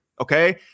Okay